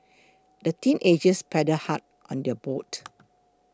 the teenagers paddled hard on their boat